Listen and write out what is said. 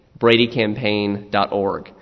bradycampaign.org